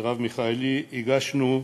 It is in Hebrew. ומרב מיכאלי, הגשנו,